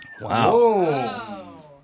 Wow